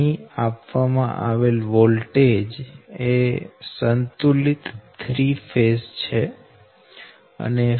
અહી આપવામાં આવેલ વોલ્ટેજ એ સંતુલિત 3 ફેઝ છે